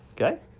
Okay